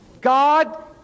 God